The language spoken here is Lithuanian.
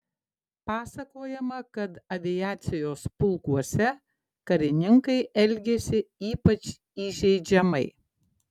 pasakojama kad aviacijos pulkuose karininkai elgėsi ypač įžeidžiamai